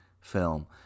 film